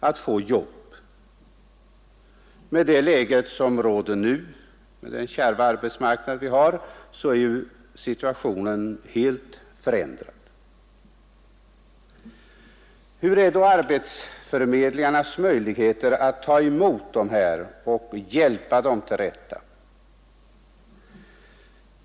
I det läge som råder nu, med den kärva arbetsmarknad vi har för närvarande, är ju situationen helt förändrad. Hur ter sig då arbetsförmedlingarnas möjligheter att ta emot de här ungdomarna och hjälpa dem till rätta?